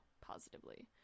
positively